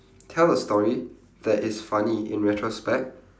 tell a story that is funny in retrospect